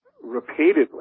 repeatedly